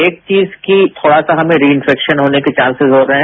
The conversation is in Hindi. एक चीज की थोड़ा सा हमें रिइंफेक्शन होने के चांसेजहो रहे हैं